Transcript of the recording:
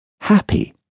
Happy